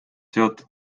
seotud